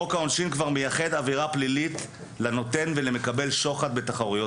חוק העונשין כבר מייחד עבירה פלילית לנותן ולמקבל שוחד בתחרויות,